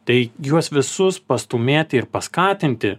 tai juos visus pastūmėti ir paskatinti